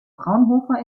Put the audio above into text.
fraunhofer